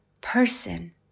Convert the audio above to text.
person